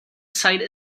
site